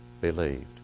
Believed